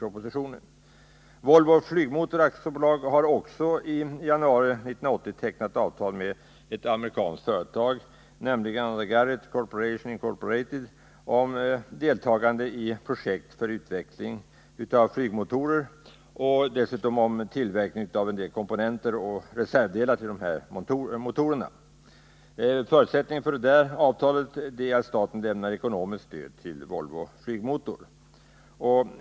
Också Volvo Flygmotor AB har i januari 1980 tecknat avtal med ett amerikanskt företag, nämligen The Garrett Corporation, om deltagande i ett projekt för utveckling av flygmotorer och dessutom för tillverkning av komponenter och reservdelar till dessa motorer. Förutsättningarna för detta avtal är att staten lämnar ekonomiskt stöd till Volvo Flygmotor.